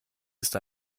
ist